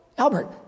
Albert